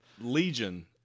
Legion